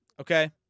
Okay